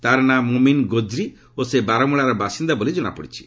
ତା'ର ନାଁ ମୋମିନ୍ ଗୋକ୍ରି ଓ ସେ ବାରମୂଳାର ବାସିନ୍ଦା ବୋଲି ଜଣାପଡ଼ିଛି